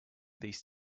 these